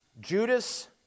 Judas